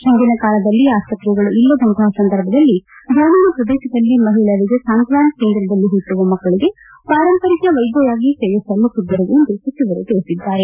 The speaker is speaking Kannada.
ಹಿಂದಿನ ಕಾಲದಲ್ಲಿ ಆಸ್ಪತ್ರೆಗಳು ಇಲ್ಲದಂತಹ ಸಂದರ್ಭದಲ್ಲಿ ಗ್ರಾಮೀಣ ಪ್ರದೇಶದಲ್ಲಿ ಮಹಿಳೆಯರಿಗೆ ಸಾಂತ್ವಾನ ಕೇಂದ್ರದಲ್ಲಿ ಹುಟ್ಟುವ ಮಕ್ಕಳಿಗೆ ಪಾರಂಪರಿಕ ವೈದ್ವರಾಗಿ ಸೇವೆ ಸಲ್ಲಿಸಿದ್ದರು ಎಂದು ಸಚಿವರು ತಿಳಿಸಿದ್ದಾರೆ